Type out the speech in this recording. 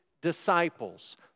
disciples